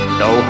no